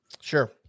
Sure